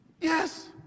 Yes